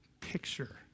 picture